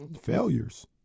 failures